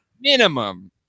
minimum